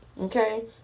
Okay